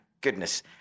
goodness